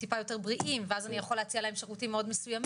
טיפה יותר בריאים ואז אני יכול להציע להם שירותים מאוד מסוימים,